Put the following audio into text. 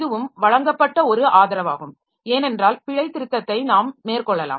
இதுவும் வழங்கப்பட்ட ஒரு ஆதரவாகும் ஏனென்றால் பிழைத்திருத்தத்தை நாம் மேற்கொள்ளலாம்